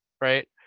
right